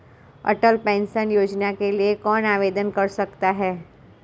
अटल pension योजना के लिए कौन आवेदन कर सकता है?